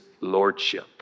Lordship